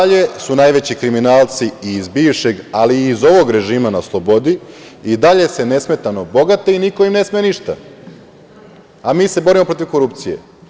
I dalje su najveći kriminalci iz bivšeg, ali i ovog režima na slobodi, nesmetano se bogate i niko im ne sme ništa, a mi se borimo protiv korupcije.